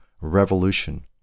revolution